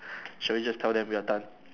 shall we just tell them we are done